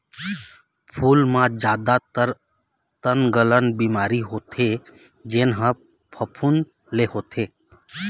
फूल म जादातर तनगलन बिमारी होथे जेन ह फफूंद ले होथे